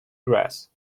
grass